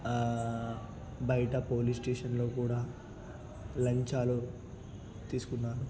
బయట పోలీస్ స్టేషన్లో కూడా లంచాలు తీసుకున్నాను